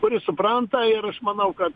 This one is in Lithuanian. kuris supranta ir aš manau kad